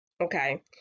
okay